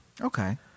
okay